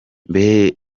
mbe